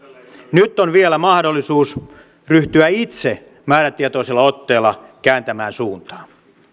nyt on vielä mahdollisuus ryhtyä itse määrätietoisella otteella kääntämään suuntaa